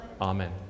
Amen